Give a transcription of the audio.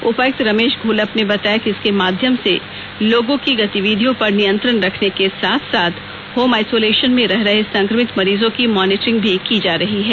उपायुक्त रमेश घोलप ने बताया कि इसके माध्यम से लोगों की गतिविधियो पर नियंत्रण रखने के साथ साथ होम आइसोलेशन में रह रहे संक्रमित मरीजों की मॉनिटरिंग भी की जा रही है